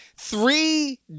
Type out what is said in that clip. three